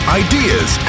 ideas